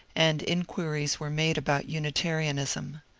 and inquiries were made about unitarianism.